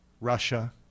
Russia